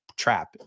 trap